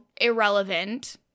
irrelevant